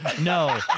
No